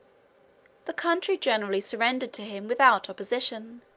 the country generally surrendered to him without opposition.